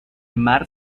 mar